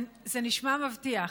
זה נשמע מבטיח.